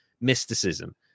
mysticism